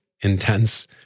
intense